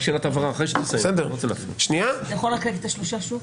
את השלושה שוב?